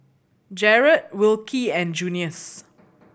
Jerrad Wilkie and Junious